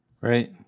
Right